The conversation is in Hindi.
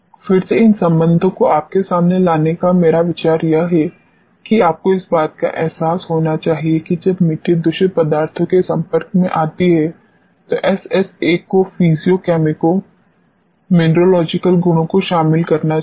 फिर से इन संबंधो को आपके सामने लाने का मेरा विचार यह है कि आपको इस बात का एहसास होना चाहिए कि जब मिट्टी दूषित पदार्थों के संपर्क में आती है तो एसएसए को फिजियो केमिको मिनरोजिकल गुणों को शामिल करना चाहिए